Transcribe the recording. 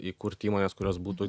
įkurt įmones kurios būtų